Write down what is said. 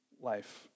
life